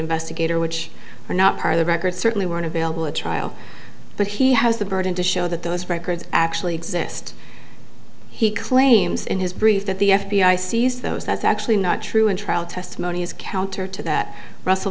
investigator which are not part of the record certainly weren't available at trial but he has the burden to show that those records actually exist he claims in his brief that the f b i seized those that's actually not true and trial testimony is counter to that russell